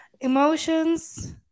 emotions